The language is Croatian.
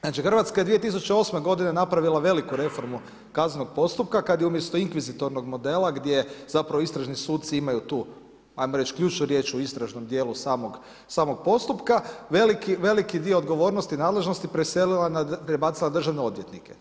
Znači Hrvatska je 2008. godine napravila veliku reformu kaznenog postupka kada je umjesto inkvizitornog modela gdje istražni suci imaju tu ajmo reći ključnu riječ o istražnom dijelu samog postupka, veliki dio odgovornosti, nadležnosti prebacila na državne odvjetnike.